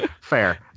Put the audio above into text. fair